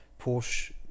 Porsche